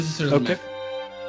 Okay